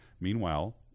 Meanwhile